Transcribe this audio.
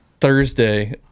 thursday